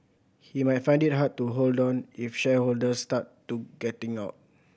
he might find it hard to hold on if shareholders start to getting out